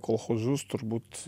kolchozus turbūt